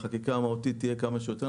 החקיקה המהותית תהיה כמה שיותר מהר,